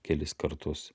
kelis kartus